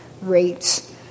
rates